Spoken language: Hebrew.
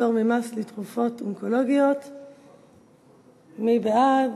פטור ממס לתרופות אונקולוגיות שאינן כלולות בסל הבריאות) מי בעד?